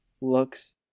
looks